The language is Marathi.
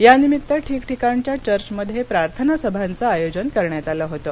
यानिमित्त ठिकठीकाणच्या चर्चमध्ये प्रार्थना सभांचं आयोजन करण्यात आलं होतं